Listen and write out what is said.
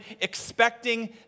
expecting